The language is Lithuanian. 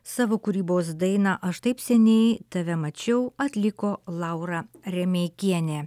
savo kūrybos dainą aš taip seniai tave mačiau atliko laura remeikienė